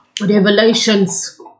Revelations